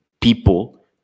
people